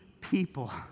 people